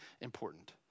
important